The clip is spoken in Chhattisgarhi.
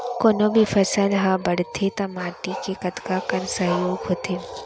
कोनो भी फसल हा बड़थे ता माटी के कतका कन सहयोग होथे?